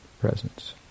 presence